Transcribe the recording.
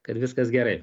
kad viskas gerai